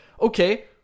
okay